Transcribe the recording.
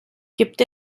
gibt